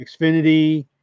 Xfinity